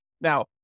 Now